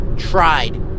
tried